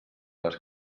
les